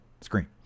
screen